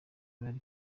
bari